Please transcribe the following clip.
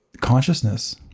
consciousness